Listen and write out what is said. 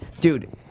Dude